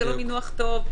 זה לא מינוח טוב.